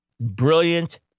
brilliant